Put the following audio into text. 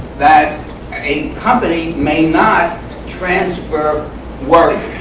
that a company may not transfer work